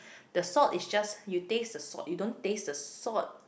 the salt is just you think it's a salt you don't taste the salt